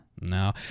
No